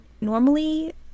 normally